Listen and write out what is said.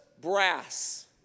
brass